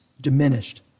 diminished